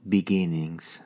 Beginnings